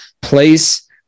place